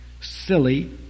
silly